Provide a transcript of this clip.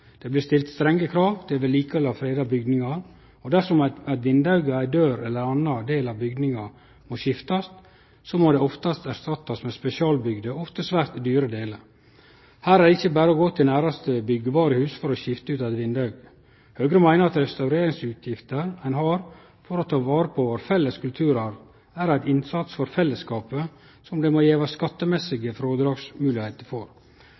Det blir stilt strenge krav til vedlikehald av freda bygningar, og dersom eit vindauge, ei dør eller ein annan del av bygningen skal skiftast, må det oftast erstattast med spesialbygde og ofte svært dyre delar. Her er det ikkje berre å gå til næraste byggvarehus for å skifte ut eit vindauge. Høgre meiner at restaureringsutgifter ein har for å ta vare på vår felles kulturarv, er ein innsats for fellesskapet som det må gjevast skattemessige frådragsmoglegheiter for.